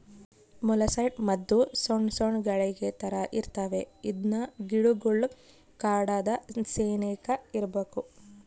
molluscicide ಮದ್ದು ಸೊಣ್ ಸೊಣ್ ಗುಳಿಗೆ ತರ ಇರ್ತತೆ ಇದ್ನ ಗಿಡುಗುಳ್ ಕಾಂಡದ ಸೆನೇಕ ಇಡ್ಬಕು